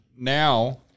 now